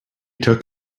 took